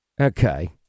Okay